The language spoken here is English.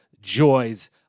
joys